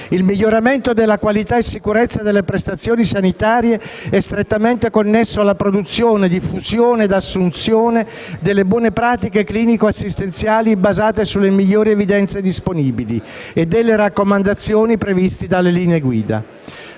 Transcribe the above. Il miglioramento della qualità e della sicurezza delle prestazioni sanitarie è strettamente connesso alla produzione, diffusione e assunzione delle buone pratiche clinico-assistenziali basate sulle migliori evidenze disponibili e delle raccomandazioni previste dalle linee guida.